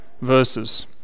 verses